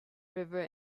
river